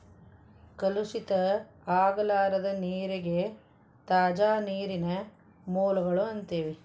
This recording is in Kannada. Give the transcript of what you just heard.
ಕಲುಷಿತ ಆಗಲಾರದ ನೇರಿಗೆ ತಾಜಾ ನೇರಿನ ಮೂಲಗಳು ಅಂತೆವಿ